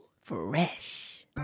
fresh